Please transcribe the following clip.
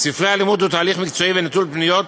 ספרי הלימוד הוא תהליך מקצועי ונטול פניות,